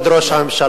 כבוד ראש הממשלה,